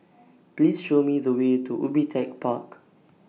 Please Show Me The Way to Ubi Tech Park